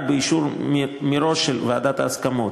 רק באישור מראש של ועדת ההסכמות.